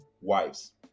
wives